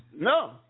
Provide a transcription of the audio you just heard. No